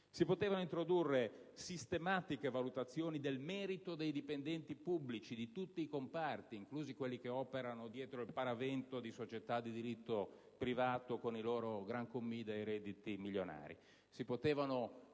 Si potevano introdurre sistematiche valutazioni del merito dei dipendenti pubblici di tutti i comparti, inclusi quelli che operano dietro il paravento di società di diritto privato, con i loro *grand commis* dai redditi milionari. Si potevano